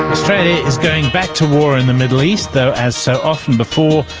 is going back to war in the middle east, though, as so often before,